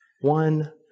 one